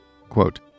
Quote